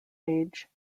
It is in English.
age